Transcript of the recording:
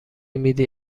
میدی